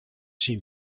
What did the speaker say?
syn